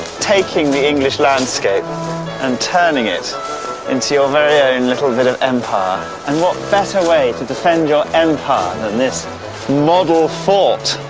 taking the english landscape and turning it into your very own little bit of empire, and what better way to defend your empire than this model fort?